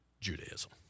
Judaism